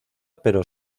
pero